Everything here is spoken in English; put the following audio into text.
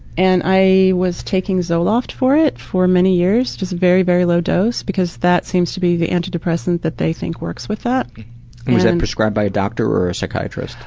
and i was taking zoloft for it for many years. just very very low dose because that seems to be the antidepressant that they think works with that. was that and prescribed by a doctor or a psychiatrist?